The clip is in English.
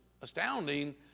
astounding